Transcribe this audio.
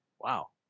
Wow